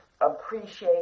appreciate